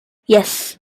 yes